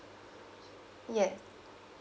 yes